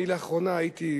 אני לאחרונה הייתי,